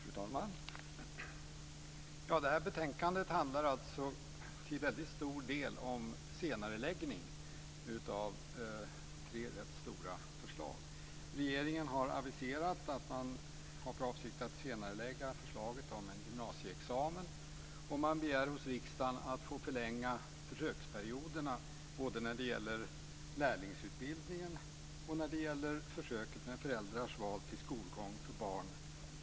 Fru talman! Det här betänkandet handlar till väldigt stor del om en senareläggning av tre ganska stora förslag. Regeringen har aviserat att man har för avsikt att senarelägga förslaget om en gymnasieexamen. Regeringen begär också av riksdagen att få förlänga försöksperioderna både när det gäller lärlingsutbildningen och föräldrars val av skolgång för barn med utvecklingsstörning.